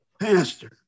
pastor